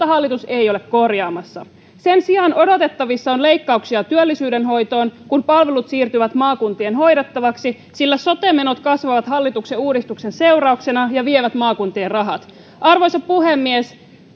hallitus ei ole korjaamassa sen sijaan odotettavissa on leikkauksia työllisyydenhoitoon kun palvelut siirtyvät maakuntien hoidettavaksi sillä sote menot kasvavat hallituksen uudistuksen seurauksena ja vievät maakuntien rahat arvoisa puhemies